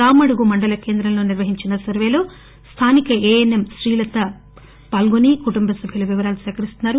రామడుగు మండల కేంద్రంలో నిర్వహించిన జ్వర సర్వే లో స్దానిక ఏఎన్ఎం శ్రీలత పాల్లొని కుటుంబ సభ్యుల వివరాలు సేకరిస్తున్నారు